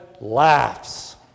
laughs